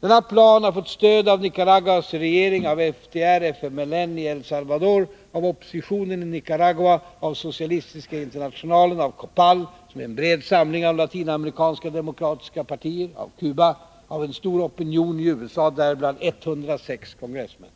Denna plan har fått stöd av Nicaraguas regering, av FDR/FMLN i El Salvador, av oppositionen i Nicaragua, av Socialistiska Internationalen, av COPPAL, som är en bred samling av latinamerikanska demokratiska partier, av Cuba, av en stor opinion i USA, däribland 106 kongressmän.